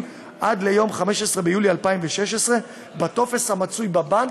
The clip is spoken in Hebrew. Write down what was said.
עד יום 15 ביולי 2016 בטופס המצוי בבנק,